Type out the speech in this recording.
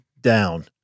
down